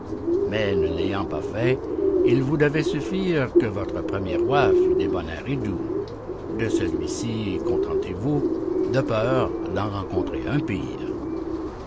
mais ne l'ayant pas fait il vous devait suffire que votre premier roi fût débonnaire et doux de celui-ci contentez-vous de peur d'en rencontrer un pire